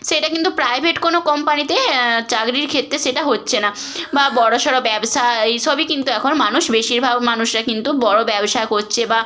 সেটা কিন্তু প্রাইভেট কোনো কোম্পানিতে চাকরির ক্ষেত্রে সেটা হচ্ছে না বা বড়সড় ব্যবসা এই সবই কিন্তু এখন মানুষ বেশিরভাগ মানুষরা কিন্তু বড় ব্যবসা করছে বা